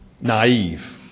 naive